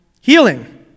healing